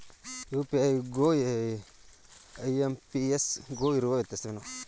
UPI ಗು IMPS ಗು ಇರುವ ವ್ಯತ್ಯಾಸವೇನು?